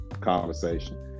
conversation